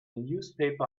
newspaper